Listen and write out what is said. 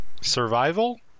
survival